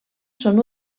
són